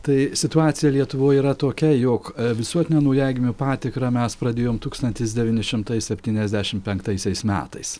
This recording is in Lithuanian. tai situacija lietuvoj yra tokia jog visuotinę naujagimių patikrą mes pradėjom tūkstantis devyni šimtai septyniasdešimt penktaisiais metais